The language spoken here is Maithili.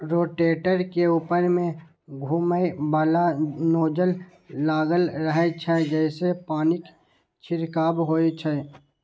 रोटेटर के ऊपर मे घुमैबला नोजल लागल रहै छै, जइसे पानिक छिड़काव होइ छै